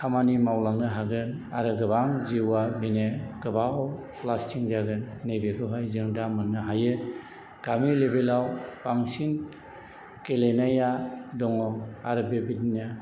खामानि मावलांनो हागोन आरो गोबां जिउआ बेनि गोबाव लास्टिं जागोन नैबेखौहाय जों दा मोन्नो हायो गामि लेभेलाव बांसिन गेलेनाया दङ आरो बेबायदिनो